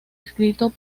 escrito